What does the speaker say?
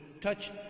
touch